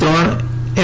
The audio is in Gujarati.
ત્રણ એમ